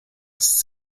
ist